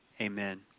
Amen